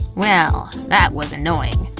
well that was annoying.